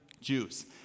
Jews